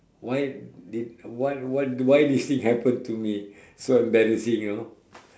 why did why why why this thing happen to me so embarrassing you know